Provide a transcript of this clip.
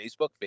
Facebook